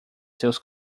seus